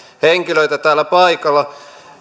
henkilöitä täällä paikalla